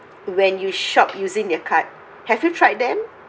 when you shop using your card have you tried them